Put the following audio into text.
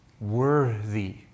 worthy